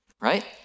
Right